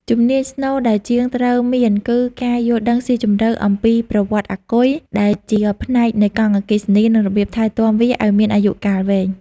ជំនាញស្នូលដែលជាងត្រូវមានគឺការយល់ដឹងស៊ីជម្រៅអំពីប្រព័ន្ធអាគុយ ដែលជាផ្នែកនៃកង់អគ្គិសនី និងរបៀបថែទាំវាឱ្យមានអាយុកាលវែង។